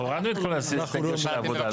אנחנו הורדנו את כל הסעיפים של העבודה, לא?